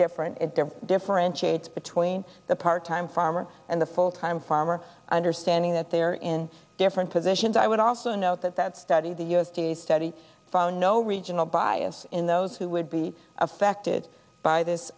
different it there differentiates between the part time farmer and the full time farmer understanding that they are in different positions i would also note that that study the u s d a study found no regional bias in those who would be affected by this